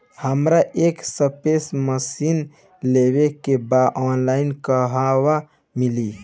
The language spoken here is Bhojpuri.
हमरा एक स्प्रे मशीन लेवे के बा ऑनलाइन कहवा मिली?